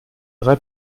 drei